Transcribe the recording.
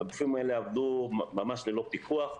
הגופים האלה עבדו ממש ללא פיקוח,